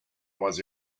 was